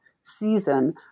season